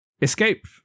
escape